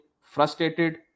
frustrated